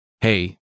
Hey